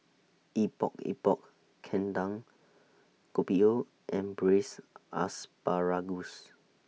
Epok Epok Kentang Kopi O and Braised Asparagus